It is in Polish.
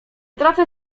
tracę